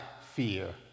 fear